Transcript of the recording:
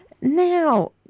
Now